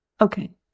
Okay